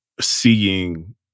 seeing